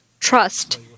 trust